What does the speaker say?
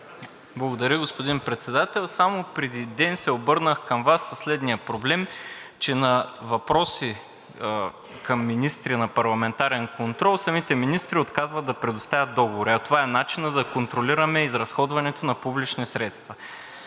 Благодаря, господин Председател. Само преди ден се обърнах към Вас със следния проблем, че на въпроси към министри на парламентарен контрол самите министри отказват да предоставят договори, а това е начинът да контролираме изразходването на публични средства.